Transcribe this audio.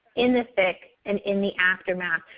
in the thick, and in the aftermath.